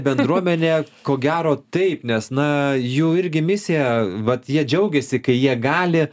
bendruomenė ko gero taip nes na jų irgi misija vat jie džiaugiasi kai jie gali